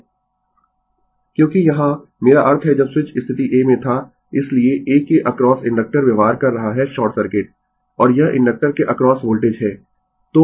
Refer Slide Time 1429 क्योंकि यहाँ मेरा अर्थ है जब स्विच स्थिति a में था इसलिए a के अक्रॉस इंडक्टर व्यवहार कर रहा है शॉर्ट सर्किट और यह इंडक्टर के अक्रॉस वोल्टेज है